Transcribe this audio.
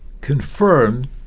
confirmed